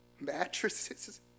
Mattresses